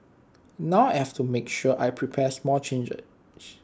now I have to make sure I prepare small changes